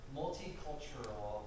multicultural